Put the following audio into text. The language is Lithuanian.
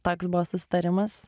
toks buvo susitarimas